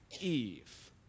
Eve